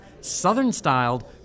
southern-styled